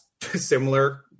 similar